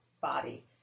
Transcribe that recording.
body